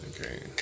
Okay